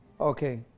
Okay